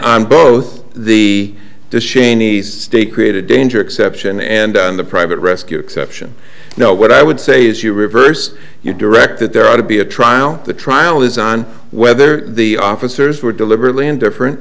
i'm both the shany state created danger exception and on the private rescue exception no what i would say is you reverse your direct that there ought to be a trial the trial is on whether the officers were deliberately indifferent